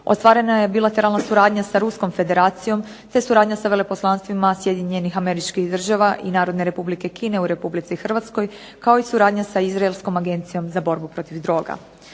Ostvarena je bilateralna suradnja sa Ruskom federacijom te suradnja sa veleposlanstvima Sjedinjenih Američkih Država i Narodne Republike Kine u Republici Hrvatskoj, kao i suradnja sa izraelskom agencijom za borbu protiv droga.